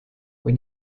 kui